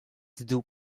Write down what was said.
dew